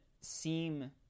seem